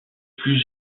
plus